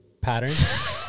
patterns